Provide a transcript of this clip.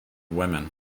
women